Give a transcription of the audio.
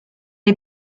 est